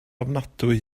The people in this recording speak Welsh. ofnadwy